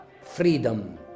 freedom